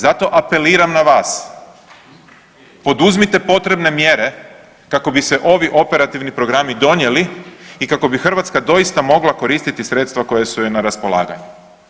Zato apeliram na vas, poduzmite potrebne mjere kako bi se ovi operativni programi donijeli i kako bi Hrvatska doista mogla koristiti sredstva koja su joj na raspolaganju.